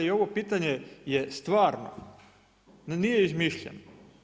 I ovo pitanje je stvarno, nije izmišljeno.